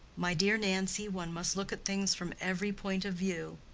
my dear nancy, one must look at things from every point of view.